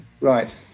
Right